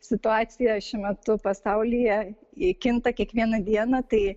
situacija šiuo metu pasaulyje kinta kiekvieną dieną tai